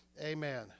Amen